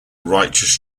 righteous